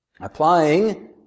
Applying